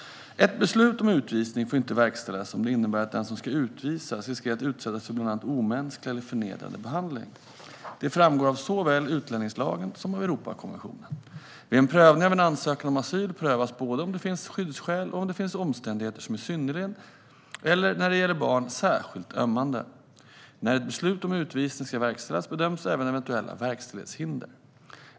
Ett beslut om utvisning får inte verkställas om det innebär att den som ska utvisas riskerar att utsättas för bland annat omänsklig eller förnedrande behandling. Det framgår av såväl utlänningslagen som Europakonventionen. Vid en prövning av en ansökan om asyl prövas både om det finns skyddsskäl och om det finns omständigheter som är synnerligen eller, när det gäller barn, särskilt ömmande. När ett beslut om utvisning ska verkställas bedöms även eventuella verkställighetshinder.